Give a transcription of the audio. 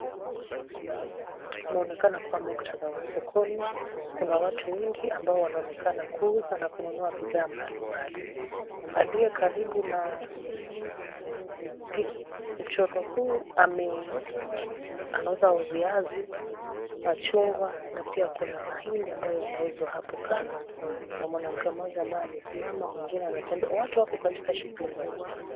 Inaonekana kuwa muktadha wa sokoni. Kuna watu wengi ambao wanaonekana kuuza na kununua bidhaa mbalimbali. Aliye karibu na mchoro huu anauza viazi, machungwa na pia kuna mahindi amabyo yanauzwa hapo kando. Kuna mwanamke mmoja ambaye amesimama na mwingine anatembea. Watu wako katika shughuli mbalimbali.